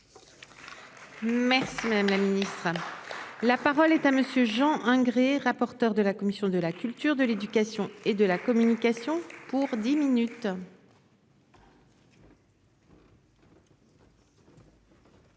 remercie. Mais. La. La parole est à monsieur Jean Angry rapporteur de la commission de la culture de l'éducation et de la communication pour 10 minutes.